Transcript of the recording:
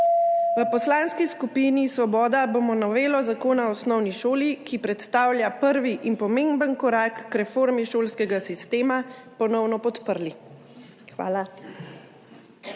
V Poslanski skupini Svoboda bomo novelo Zakona o osnovni šoli, ki predstavlja prvi in pomemben korak k reformi šolskega sistema, ponovno podprli. Hvala.